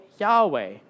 Yahweh